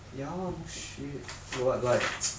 ya no shit but like